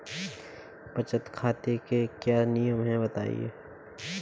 बचत खाते के क्या नियम हैं बताएँ?